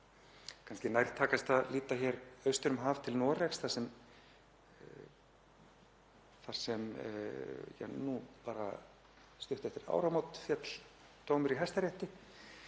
Kannski er nærtækast að líta austur um haf til Noregs þar sem nú stuttu eftir áramót féll dómur í hæstarétti